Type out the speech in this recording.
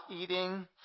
eating